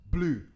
Blue